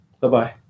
Bye-bye